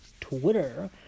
Twitter